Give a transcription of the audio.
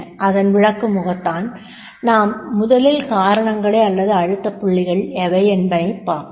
அதை விளக்குமுகத்தான் நாம் முதலில் காரணங்களை அல்லது அழுத்தப்புள்ளிகள் எவையெனப் பார்ப்போம்